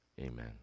amen